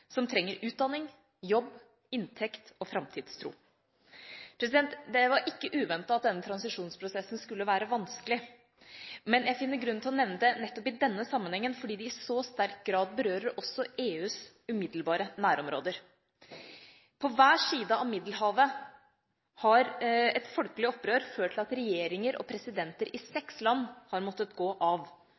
som trenger utdanning, jobb, inntekt og framtidstro. Det var ikke uventet at denne transisjonsprosessen skulle være vanskelig, men jeg finner grunn til å nevne det nettopp i denne sammenhengen fordi det i så sterk grad også berører EUs umiddelbare nærområder. På hver side av Middelhavet har et folkelig opprør ført til at regjeringer og presidenter i seks land har måttet gå av.